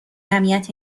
جمعیت